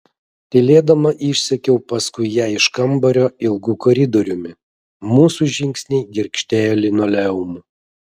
tylėdama išsekiau paskui ją iš kambario ilgu koridoriumi mūsų žingsniai girgždėjo linoleumu